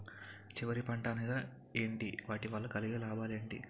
చివరి పంట అనగా ఏంటి వాటి వల్ల కలిగే లాభాలు ఏంటి